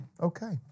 Okay